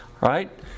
right